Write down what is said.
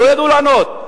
לא ידעו לענות.